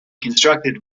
constructed